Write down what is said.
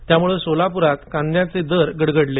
त्यामुळे सोलापूरात कांद्याचे दर गडगडले